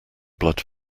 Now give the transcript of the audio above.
blood